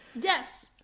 yes